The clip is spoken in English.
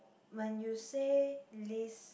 when you say list